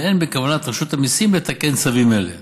ואין בכוונת רשות המיסים לתקן צווים אלה.